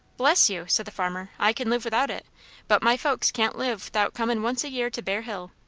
bless you! said the farmer, i kin live without it but my folks can't live thout comin once a year to bear hill.